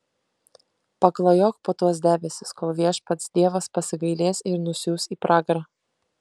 paklajok po tuos debesis kol viešpats dievas pasigailės ir nusiųs į pragarą